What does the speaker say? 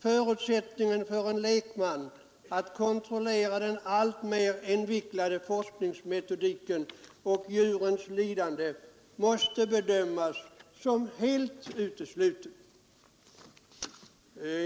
Förutsättningen för en lekman att kontrollera den alltmer invecklade forskningsmetodiken och djurens lidanden måste bedömas som helt utesluten.”